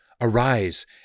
Arise